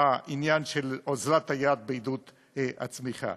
עניין אוזלת היד בעידוד הצמיחה.